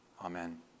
Amen